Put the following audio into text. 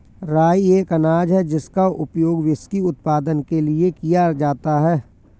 राई एक अनाज है जिसका उपयोग व्हिस्की उत्पादन के लिए किया जाता है